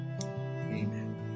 amen